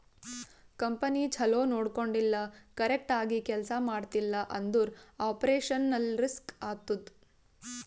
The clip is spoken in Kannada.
ಕಂಪನಿ ಛಲೋ ನೊಡ್ಕೊಂಡಿಲ್ಲ, ಕರೆಕ್ಟ್ ಆಗಿ ಕೆಲ್ಸಾ ಮಾಡ್ತಿಲ್ಲ ಅಂದುರ್ ಆಪರೇಷನಲ್ ರಿಸ್ಕ್ ಆತ್ತುದ್